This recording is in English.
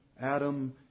Adam